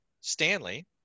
Stanley